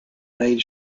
maid